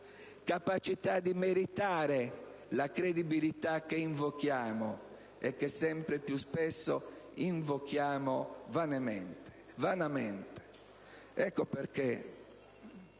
capacità di meritare la credibilità che invochiamo, sempre più spesso vanamente. Ecco perché